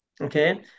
okay